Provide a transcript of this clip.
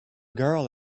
girl